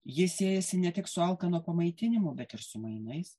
ji siejasi ne tik su alkano pamaitinimu bet ir su mainais